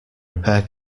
repair